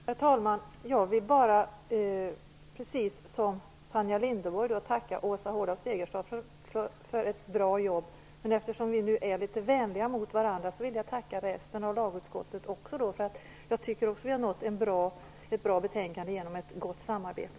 Herr talman! Jag vill bara precis som Tanja Linderholm tacka Åsa Hård af Segerstad för ett bra jobb. Eftersom vi nu är litet vänliga mot varandra vill jag också tacka resten av lagutskottet. Jag tycker att vi har fått ett bra betänkande genom ett gott samarbete.